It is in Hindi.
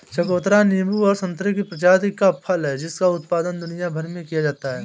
चकोतरा नींबू और संतरे की प्रजाति का फल है जिसका उत्पादन दुनिया भर में किया जाता है